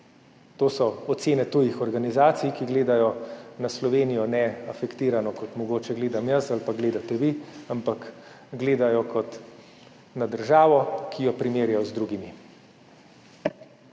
To so ocene tujih organizacij, ki gledajo na Slovenijo neafektirano, kot mogoče gledam jaz ali pa gledate vi, ampak gledajo kot na državo, ki jo primerjajo z drugimi.